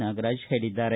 ನಾಗರಾಜ್ ಹೇಳಿದ್ದಾರೆ